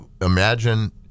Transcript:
imagine